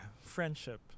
friendship